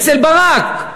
אצל ברק.